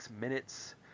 minutes